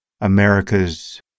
America's